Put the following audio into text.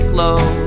low